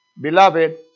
Beloved